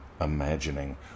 imagining